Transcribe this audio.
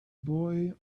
boy